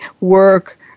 Work